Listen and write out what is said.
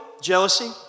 jealousy